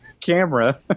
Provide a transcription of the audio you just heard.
camera